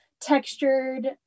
textured